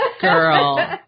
Girl